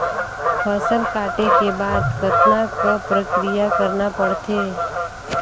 फसल काटे के बाद कतना क प्रक्रिया करना पड़थे?